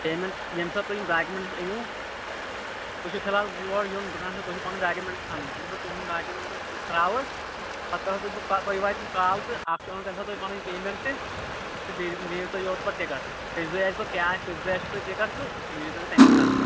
payment ییٚمہِ ساتہٕ تُہۍ یِم ڈاکمینٛٹٕس أنِو تۅہہِ چھُو فِلحال یوٗر یُن دُکانَس پیٚٹھ تۅہہِ چھِو پَنٕنۍ ڈاکمینٛٹٕس اَنٕنۍ ییٚلہِ بہٕ تُہٕنٛدۍ ڈاکمینٛٹٕس ترٛاوٕ پَتہٕ کَرہو بہٕ تۅہہِ کال تُہۍ واتوٕ کال تہٕ اَکھ چھُو اَنِنۍ تۅہہِ تَمہِ ساتہٕ پَنٕنۍ پیٚمینٛٹ تہٕ بیٚیہِ دِمو دِمو یوٗرٕ تۅہہِ پَتہٕ ٹِکٹ کٔژِ دۅہۍ آسہِ کیٛاہ آسہِ تۅہہِ ٹِکَٹ تہٕ سُہ نِیِو تُہۍ تَمی ساتہٕ